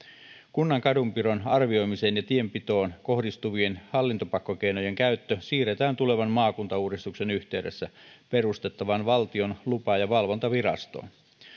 kunnan kadunpidon arvioimiseen ja tienpitoon kohdistuvien hallintopakkokeinojen käyttö siirretään tulevan maakuntauudistuksen yhteydessä perustettavaan valtion lupa ja valvontavirastoon